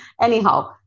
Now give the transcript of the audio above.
Anyhow